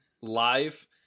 live